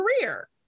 career